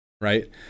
right